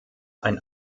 ein